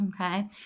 okay